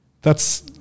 That's-